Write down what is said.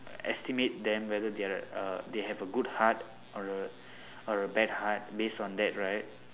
estimate them whether they're uh they have a good heart or a or a bad heart based on that right